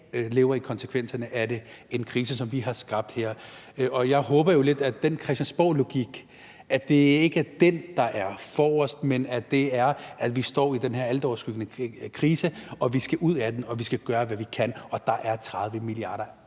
lever med konsekvenserne af – en krise, som vi har skabt. Jeg håber jo lidt, at det ikke er den Christiansborglogik, der ligger i forgrunden, men at det er det, at vi står i den her altoverskyggende krise, og at vi skal ud af den, og at vi skal gøre, hvad vi kan, og der er 30 mia.